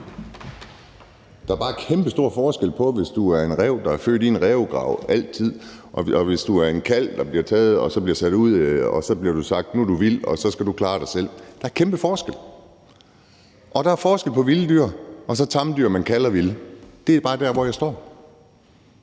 Der er bare kæmpestor forskel på det, hvis du er en ræv, der er født i en rævegrav og er ræv altid, og så hvis du er en kalv, der bliver taget og sat ud, og så bliver der sagt: Nu er du vild, og så skal du klare dig selv. Der er kæmpe forskel. Der er forskel på vilde dyr og så tamdyr, man kalder vilde. Det er bare der, hvor jeg står.